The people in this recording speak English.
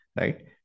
right